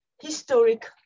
historic